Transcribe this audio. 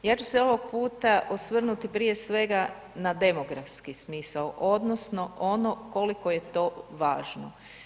Ja ću se ovog puta osvrnuti prije svega na demografski smisao odnosno ono koliko je to važno.